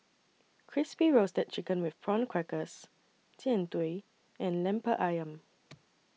Crispy Roasted Chicken with Prawn Crackers Jian Dui and Lemper Ayam